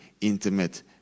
intimate